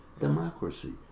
Democracy